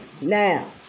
Now